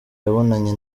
yabonanye